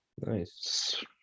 nice